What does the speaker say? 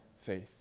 faith